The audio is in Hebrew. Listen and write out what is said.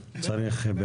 צריך?